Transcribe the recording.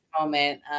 moment